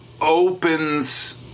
opens